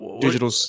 Digital